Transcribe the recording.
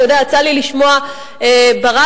יצא לי לשמוע ברדיו,